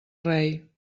rei